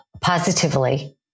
positively